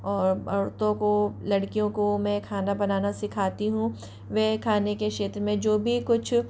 और औरतों को लड़कियों को मैं खाना बनाना सिखाती हूँ वे खाने के क्षेत्र में जो भी कुछ